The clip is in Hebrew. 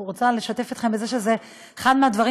אני רוצה לשתף אתכם בזה שזה אחד מהדברים